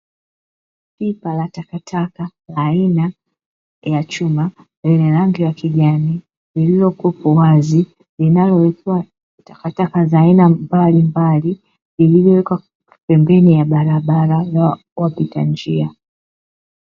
Pipa la takataka aina ya chuma lenye rangi ya kijani lililo kuwepo wazi, linalo wekewa takataka za aina mbalimbali lililo wekwa pembeni ya barabara ya wapita njia.